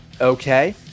okay